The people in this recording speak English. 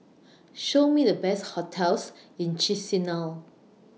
Show Me The Best hotels in Chisinau